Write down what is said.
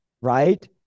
right